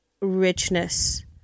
richness